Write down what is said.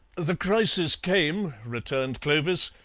the crisis came, returned clovis,